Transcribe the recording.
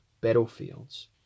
battlefields